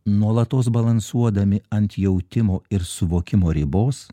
nuolatos balansuodami ant jautimo ir suvokimo ribos